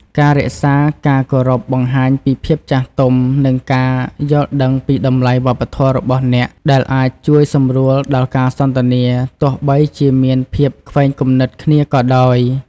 ការរក្សាការគោរពបង្ហាញពីភាពចាស់ទុំ និងការយល់ដឹងពីតម្លៃវប្បធម៌របស់អ្នក ដែលអាចជួយសម្រួលដល់ការសន្ទនាទោះបីជាមានភាពខ្វែងគំនិតគ្នាក៏ដោយ។